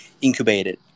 incubated